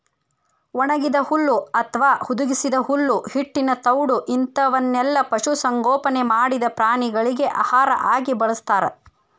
ಒಣಗಿದ ಹುಲ್ಲು ಅತ್ವಾ ಹುದುಗಿಸಿದ ಹುಲ್ಲು ಹಿಟ್ಟಿನ ತೌಡು ಇಂತವನ್ನೆಲ್ಲ ಪಶು ಸಂಗೋಪನೆ ಮಾಡಿದ ಪ್ರಾಣಿಗಳಿಗೆ ಆಹಾರ ಆಗಿ ಬಳಸ್ತಾರ